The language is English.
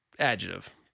adjective